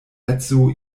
edzo